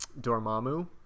dormammu